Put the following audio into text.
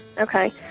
Okay